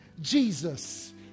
Jesus